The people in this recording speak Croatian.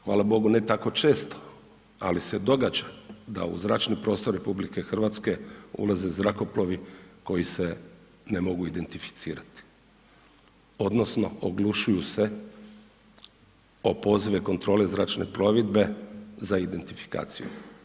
Hvala Bogu ne tako često, ali se događa da u zračni prostor RH ulaze zrakoplovi koji se ne mogu identificirati odnosno oglušuju se o pozive Kontrole zračne plovidbe za identifikaciju.